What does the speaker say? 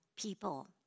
people